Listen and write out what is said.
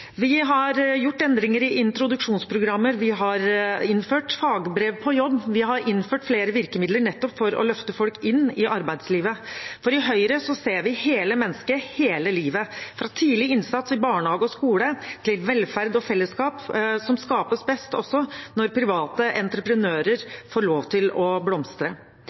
Vi har gjort endringer i introduksjonsprogrammet, vi har innført fagbrev på jobb, vi har innført flere virkemidler nettopp for å løfte folk inn i arbeidslivet. For i Høyre ser vi hele mennesket hele livet – fra tidlig innsats i barnehage og skole til velferd og fellesskap, som skapes best når private entreprenører får lov til å blomstre.